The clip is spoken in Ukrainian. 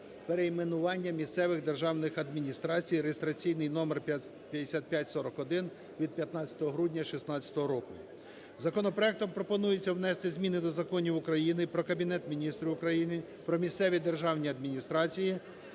перейменування місцевих державних адміністрацій (реєстраційний номер 5541) (від 15 грудня 16 року). Законопроектом пропонується внести зміни до законів України "Про Кабінет Міністрів України", "Про місцеві державні адміністрації",